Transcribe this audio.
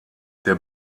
der